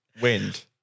wind